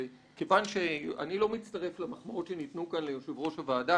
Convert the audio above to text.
וכיוון שאני לא מצטרף למחמאות שניתנו כאן ליושב-ראש הוועדה,